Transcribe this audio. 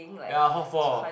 ya hall four